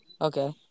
Okay